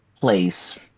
place